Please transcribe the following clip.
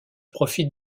profite